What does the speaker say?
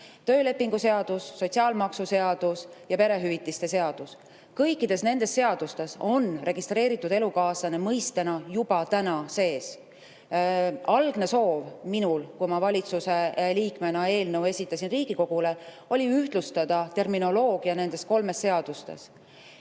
töölepingu seadus, sotsiaalmaksuseadus ja perehüvitiste seadus. Kõikides nendes seadustes on "registreeritud elukaaslane" mõistena juba täna sees. Algne soov minul, kui ma valitsuse liikmena eelnõu Riigikogule esitasin, oli ühtlustada terminoloogiat nendes kolmes seaduses,